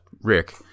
Rick